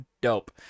dope